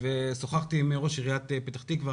שוחחתי עם ראש עיריית פתח תקווה,